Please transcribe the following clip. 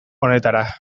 honetara